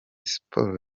siporo